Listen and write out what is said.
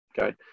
Okay